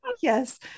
Yes